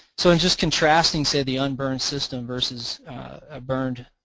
so in just contrasting say the un-burned system versus a burned,